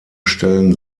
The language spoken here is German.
stellen